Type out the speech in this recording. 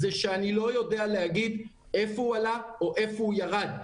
זה שאני לא יודע להגיד איפה הוא עלה או איפה הוא ירד.